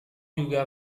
juga